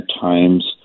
times